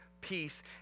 peace